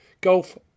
Golf